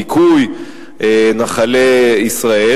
ניקוי נחלי ישראל,